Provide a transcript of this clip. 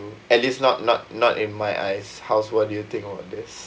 mm at least not not not in my eyes house what do you think about this